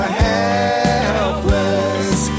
helpless